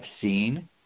seen